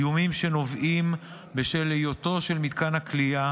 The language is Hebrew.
איומים שנובעים מהיותו של מתקן הכליאה